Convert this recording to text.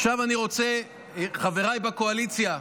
עכשיו אני רוצה, חבריי בקואליציה,